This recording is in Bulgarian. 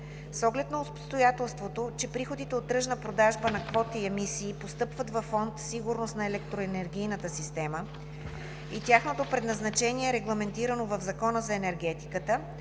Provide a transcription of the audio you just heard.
С оглед на обстоятелството, че приходите от тръжна продажба на квоти и емисии постъпват във Фонд „Сигурност на електроенергийната система“ и тяхното предназначение е регламентирано в Закона за енергетиката,